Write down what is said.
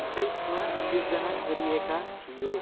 एक्काइसमा सिर्जना गरिएको थियो